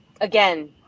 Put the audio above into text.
Again